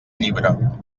llibre